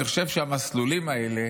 אני חושב שהמסלולים האלה